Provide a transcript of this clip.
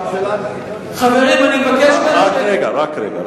חברים, אני מבקש, רק רגע.